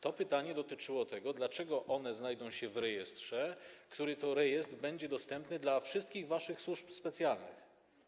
To pytanie dotyczyło tego, dlaczego one znajdą się w rejestrze, który to rejestr będzie dostępny dla wszystkich waszych służb specjalnych.